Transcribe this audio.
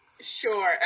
sure